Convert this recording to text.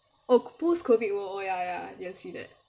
oh post COVID world oh ya ya you didn't see that